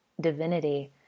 divinity